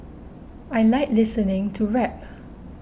I like listening to rap